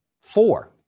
four